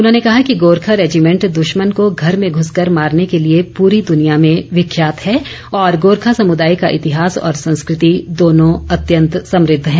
उन्होंने कहा कि गोरखा रेजिमेंट दुश्मन को घर में घूस कर मारने के लिए पूरी दुनिया में विख्यात है तथा गोरखा समुदाय का इतिहास और संस्कृति दोनों अत्यंत समुद्ध हैं